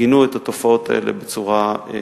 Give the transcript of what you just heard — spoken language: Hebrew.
גינו את התופעות האלה בצורה ברורה.